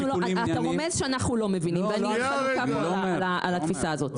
אתה רומז שאנחנו לא מבינים ואני חולקת על התפיסה הזה.